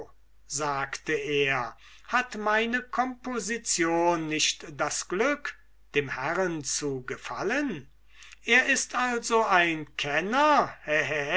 sagte er hat meine composition nicht das glück dem herrn zu gefallen er ist also ein kenner